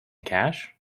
cash